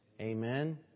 Amen